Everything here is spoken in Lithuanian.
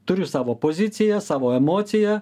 turiu savo poziciją savo emociją